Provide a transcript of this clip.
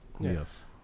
yes